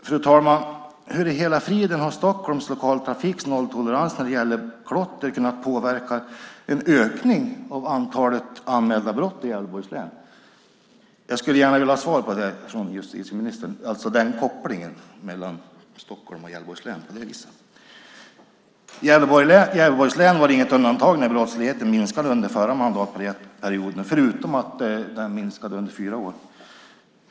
Hur i hela friden, fru talman, har Stockholms Lokaltrafiks nolltolerans mot klotter kunnat leda till en ökning av antalet anmälda brott i Gävleborgs län? Jag skulle gärna vilja ha svar på det från justitieministern. Frågan gäller alltså kopplingen mellan Stockholm och Gävleborgs län på det viset. Gävleborgs län var inget undantag när brottsligheten minskade under förra mandatperioden, förutom att den minskade under fyra år.